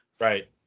Right